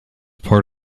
part